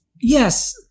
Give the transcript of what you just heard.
Yes